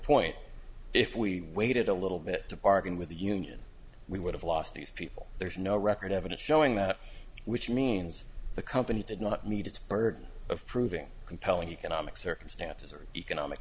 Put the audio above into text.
point if we waited a little bit to bargain with the union we would have lost these people there's no record evidence showing that which means the company did not meet its burden of proving compelling economic circumstances or economic